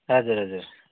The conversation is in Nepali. हजुर हजुर